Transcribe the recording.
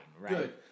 right